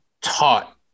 taught